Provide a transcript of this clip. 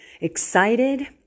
excited